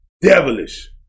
Devilish